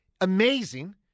amazing